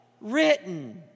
Written